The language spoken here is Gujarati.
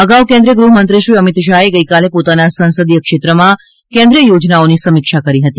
અગાઉ કેન્દ્રીય ગ્રહમંત્રી શ્રી અમિત શાહે ગઇકાલે પોતાના સંસદીય ક્ષેત્રમાં કેન્દ્રીય યોજનાઓની સમીક્ષા કરી હતી